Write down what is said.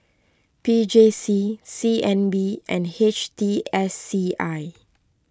P J C C N B and H T S C I